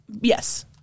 Yes